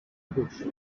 gauche